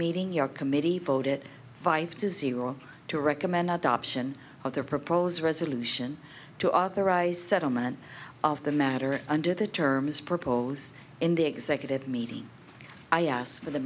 meeting your committee voted five to zero to recommend adoption of their proposed resolution to authorize settlement of the matter under the terms proposed in the executive meeting i ask for the